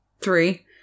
three